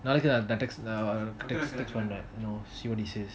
நாளைக்கி தான்:nalaiki thaan text பண்றன்:panran see what he says